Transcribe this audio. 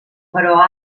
però